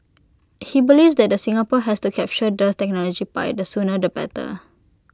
he believes that the Singapore has to capture the technology pie the sooner the better